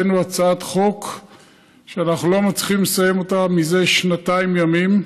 הבאנו הצעת חוק שאנחנו לא מצליחים לסיים אותה מזה שנתיים ימים,